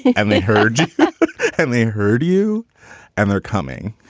and they heard and they heard you and they're coming